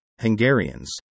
Hungarians